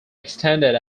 extended